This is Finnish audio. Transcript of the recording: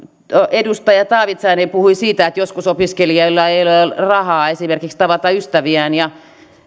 edustaja taavitsainen puhui siitä että joskus opiskelijoilla ei ole rahaa esimerkiksi tavata ystäviään ja